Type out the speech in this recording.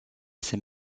ses